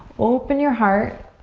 open your heart.